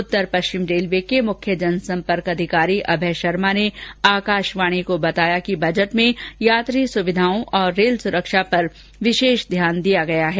उत्तर पश्चिम रेलवे के मुख्य जनसंपर्क अधिकारी अभय शर्मा ने आकाशवाणी को बताया कि बजट में यात्री सुविधाओं और रेल सुरक्षा पर विशेष ध्यान दिया गया है